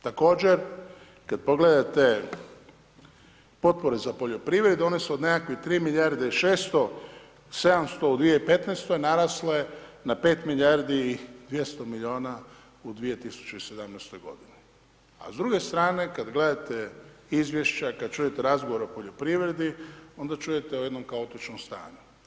Također kad pogledate potpore za poljoprivredu, one su od nekakvih 3 milijarde i 600, 700 u 2015. narasle na 5 milijardi i 200 milijuna u 2017.g., a s druge strane kad gledate izvješća, kad čujete razgovor o poljoprivredi, onda čujete o jednom kaotičnom stanju.